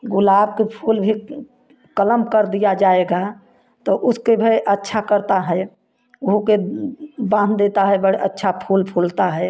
गुलाब के फूल भी कलम कर दिया जाएगा तो उसके भी अच्छा करता है ओहु के बाँध देता है बड़ा अच्छा फूल फूलता है